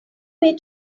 way